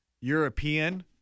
European